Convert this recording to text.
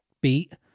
beat